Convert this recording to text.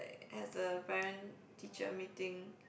has a parent teacher meeting